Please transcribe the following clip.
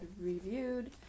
reviewed